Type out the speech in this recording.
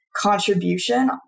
contribution